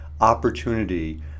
opportunity